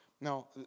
Now